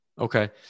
Okay